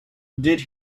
did